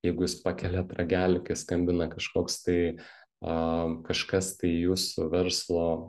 jeigu jūs pakeliat ragelį kai skambina kažkoks tai a kažkas tai jūsų verslo